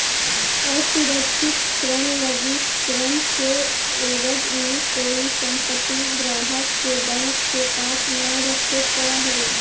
असुरक्षित ऋण लगी ऋण के एवज में कोई संपत्ति ग्राहक के बैंक के पास न रखे पड़ऽ हइ